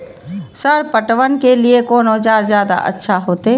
Sir पटवन के लीऐ कोन औजार ज्यादा अच्छा होते?